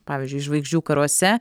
pavyzdžiui žvaigždžių karuose